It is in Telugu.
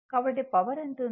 కాబట్టి పవర్ ఎంత ఉంది